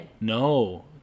No